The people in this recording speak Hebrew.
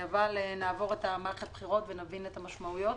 אבל נעבור את מערכת הבחירות ונבין את המשמעויות.